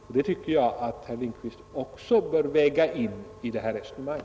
Jag tycker att herr Lindkvist bör räkna in också detta i sitt resonemang.